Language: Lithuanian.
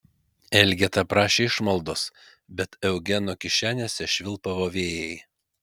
elgeta prašė išmaldos bet eugeno kišenėse švilpavo vėjai